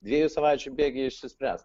dviejų savaičių bėgyje išsispręs